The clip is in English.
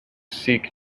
seek